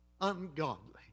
ungodly